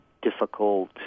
difficult